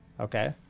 okay